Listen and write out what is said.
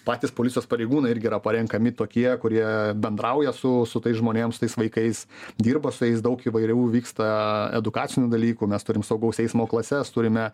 patys policijos pareigūnai irgi yra parenkami tokie kurie bendrauja su su tais žmonėm su tais vaikais dirba su jais daug įvairių vyksta edukacinių dalykų mes turim saugaus eismo klases turime